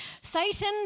Satan